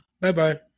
bye-bye